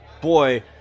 boy